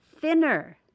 thinner